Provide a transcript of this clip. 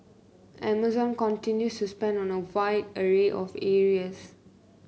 amazon continues to spend on a wide array of areas